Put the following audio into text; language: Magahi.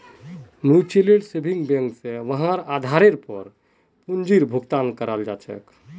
म्युचुअल सेविंग बैंक स वहार आधारेर पर पूंजीर भुगतान कराल जा छेक